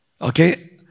Okay